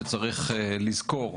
שצריך לזכור,